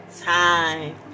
Time